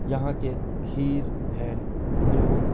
یہاں کے کھیر ہے جو